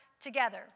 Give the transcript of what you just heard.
together